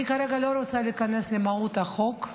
אני כרגע לא רוצה להיכנס למהות החוק,